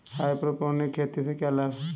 Hydroponic खेती से क्या लाभ हैं?